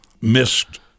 missed